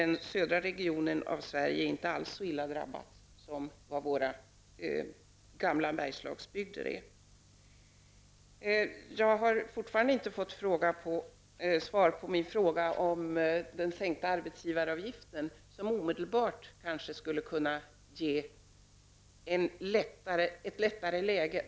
Den södra regionen av Sverige är inte så illa drabbat som våra gamla bergsbygder. Jag har fortfarande inte fått något svar på min fråga om en sänkt arbetsgivaravgift, något som kanske omedelbart skulle kunna skapa ett lättare läge.